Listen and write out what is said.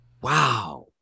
Wow